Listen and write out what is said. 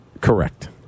Correct